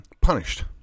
punished